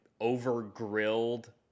over-grilled